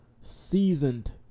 Seasoned